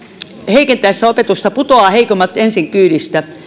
heikentäessä opetusta putoavat heikommat ensin kyydistä